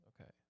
Okay